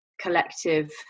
collective